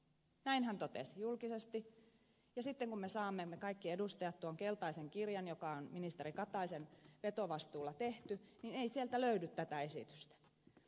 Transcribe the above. näin hän totesi julkisesti ja sitten kun me kaikki edustajat saamme tuon keltaisen kirjan joka on ministeri kataisen vetovastuulla tehty niin ei sieltä löydy tätä esitystä